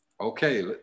okay